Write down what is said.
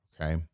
Okay